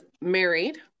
married